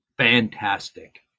fantastic